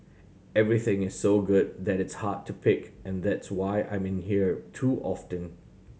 everything is so good that it's hard to pick and that's why I'm in here too often